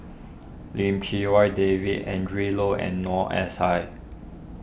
Lim Chee Wai David Adrin Loi and Noor S I